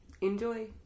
Enjoy